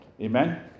Amen